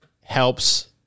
helps